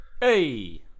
Hey